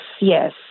yes